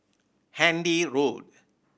Handy Road